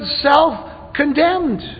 self-condemned